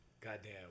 goddamn